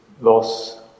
loss